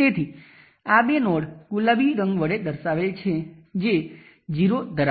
તેથી તે ફોર્મ્યુલા ની પણ પુષ્ટિ કરે છે જે આપણે